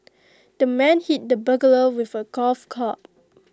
the man hit the burglar with A golf club